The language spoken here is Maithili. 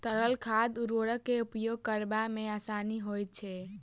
तरल खाद उर्वरक के उपयोग करबा मे आसानी होइत छै